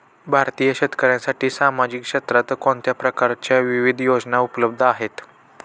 भारतीय शेतकऱ्यांसाठी सामाजिक क्षेत्रात कोणत्या प्रकारच्या विविध योजना उपलब्ध आहेत?